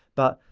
but,